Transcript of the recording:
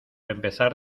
empezar